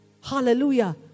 hallelujah